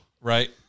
right